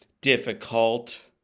Difficult